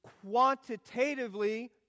quantitatively